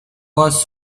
was